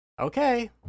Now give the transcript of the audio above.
okay